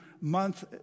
month